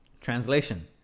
Translation